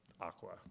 aqua